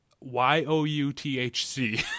Y-O-U-T-H-C